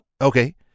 Okay